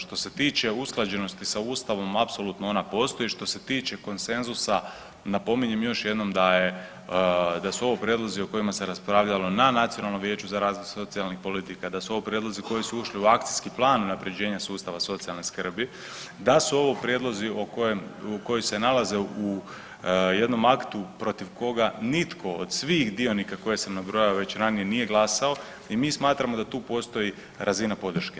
Što se tiče usklađenosti sa Ustavom apsolutno ona postoji, što se tiče konsenzusa napominjem još jednom da je, da su ovo prijedlozi o kojima se raspravljano na Nacionalnom vijeću za razvoj socijalnih politika, da su ovo prijedlozi koji su ušli u Akcijski plan unapređenja sustava socijalne skrbi, da su ovo prijedlozi koji se nalaze u jednom aktu protiv koga nitko od svih dionika koje sam nabrojao već ranije nije glasao i mi smatramo da tu postoji razina podrške.